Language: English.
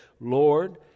Lord